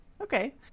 Okay